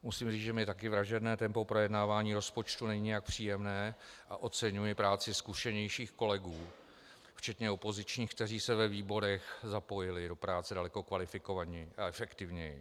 Musím říct, že mně taky vražedné tempo projednávání rozpočtu není nijak příjemné, a oceňuji práci zkušenějších kolegů včetně opozičních, kteří se ve výborech zapojili do práce daleko kvalifikovaněji a efektivněji.